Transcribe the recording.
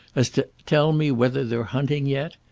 as to tell me whether they're hunting yet?